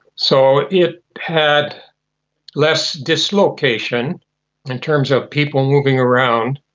so it had less dislocation in terms of people moving around,